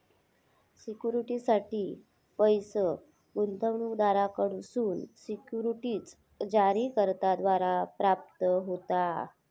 सिक्युरिटीजसाठी पैस गुंतवणूकदारांकडसून सिक्युरिटीज जारीकर्त्याद्वारा प्राप्त होता